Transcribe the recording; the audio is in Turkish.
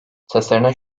tasarının